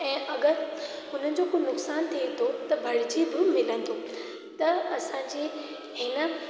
ऐं अगरि उन्हनि जो को नुक़सानु थिए थो त भरिजी बि मिलंदो त असां जी हिन